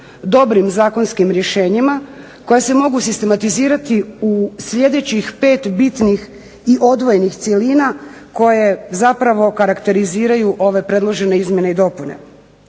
dobrim zakonskim rješenjima koja se mogu sistematizirati u sljedećih 5 bitnih i odvojenih cjelina koje zapravo karakteriziraju ove predložene izmjene i dopune.